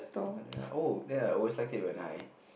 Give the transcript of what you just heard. ah then oh then I always like it when I